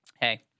hey